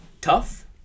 tough